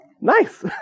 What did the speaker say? Nice